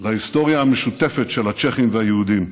להיסטוריה המשותפת של הצ'כים והיהודים: